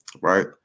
right